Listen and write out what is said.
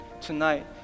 tonight